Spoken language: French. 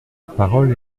parole